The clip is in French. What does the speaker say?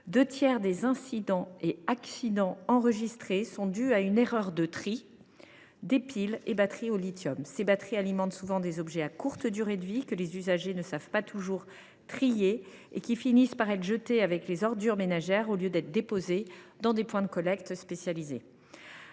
Deux tiers des incidents et des accidents enregistrés sont dus à une erreur de tri des piles et des batteries au lithium. Ces dernières alimentent souvent des objets à courte durée de vie, que les usagers ne savent pas toujours trier et qui finissent par être jetés avec les ordures ménagères, au lieu d’être déposés dans des points de collecte spécialisés.